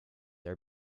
are